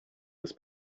his